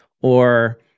Or-